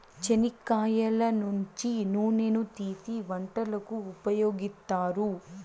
చెనిక్కాయల నుంచి నూనెను తీసీ వంటలకు ఉపయోగిత్తారు